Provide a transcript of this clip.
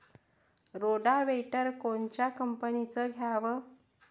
Rotavator कोनच्या कंपनीचं घ्यावं?